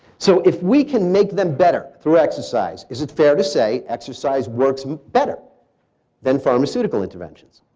so if we can make them better, through exercise, is it fair to say exercise works better than pharmaceutical interventions?